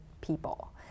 people